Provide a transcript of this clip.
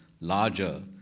larger